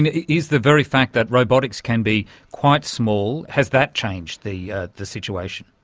is the very fact that robotics can be quite small, has that changed the ah the situation?